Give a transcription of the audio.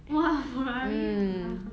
!wah! ferrari ah